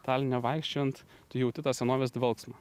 taline vaikščiojant tu jauti tą senovės dvelksmą